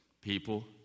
People